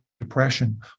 depression